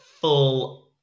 full